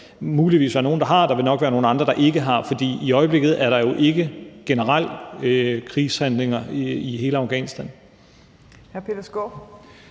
muligvis være nogle, der har, men der vil nok være nogle andre, der ikke har det, for i øjeblikket er der jo ikke generelle krigshandlinger i hele Afghanistan.